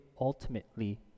ultimately